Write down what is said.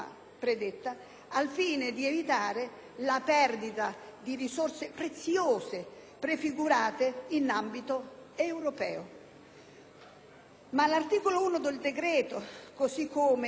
al fine di evitare la perdita di risorse finanziarie preziose prefigurate in ambito europeo. L'articolo 1 del decreto, così come definito